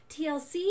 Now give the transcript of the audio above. TLC